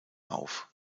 auf